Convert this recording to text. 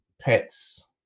pets